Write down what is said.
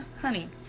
honey